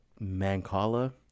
Mancala